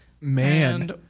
man